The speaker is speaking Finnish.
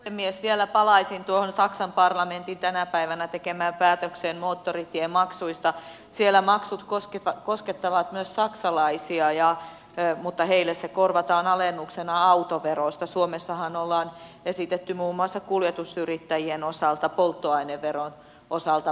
mies vielä palaisin tuohon saksan parlamentin tänä päivänä tekemään päätökseen moottoritiemaksuistat tiellä maksut koskevat koskettavat myös saksalaisia ja eun mutta heille se korvataan alennuksena autoveroistasuomessahan ollaan esitetty muun muassa kuljetusyrittäjien osalta polttoaineveron osalta